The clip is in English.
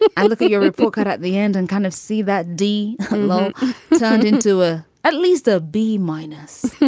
but i look at your report card at the end and kind of see that d low turned into a, at least a b minus.